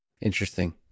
Interesting